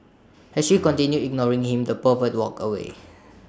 as she continued ignoring him the pervert walked away